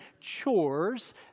chores